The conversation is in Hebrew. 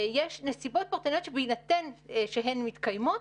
יש נסיבות פרטניות שבהינתן שהן מתקיימות,